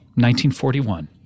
1941